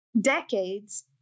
decades